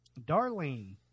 Darlene